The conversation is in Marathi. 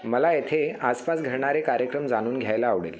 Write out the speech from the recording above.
मला येथे आसपास घडणारे कार्यक्रम जाणून घ्यायला आवडेल